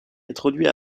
introduit